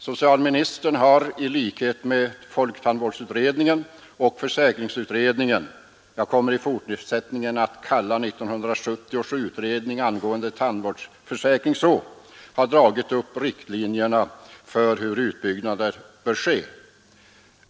Socialministern har i likhet med folktandvårdsutredningen och försäkringsutredningen — jag kommer i fortsättningen att kalla 1970 års utredning angående tandvårdförsäkring så — dragit upp riktlinjer för hur utbyggnaden bör ske.